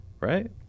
right